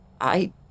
I